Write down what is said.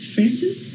Francis